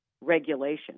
regulation